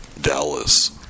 Dallas